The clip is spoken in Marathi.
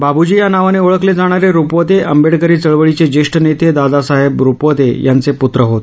बाबूजी या नावाने ओळखले जाणारे रुपवते आंबेडकरी चळवळीचे ज्येष्ठ नेते दादासाहेब रुपवते यांचे पूत्र होते